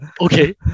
Okay